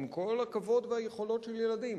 עם כל הכבוד והיכולות של ילדים.